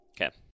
Okay